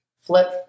Flip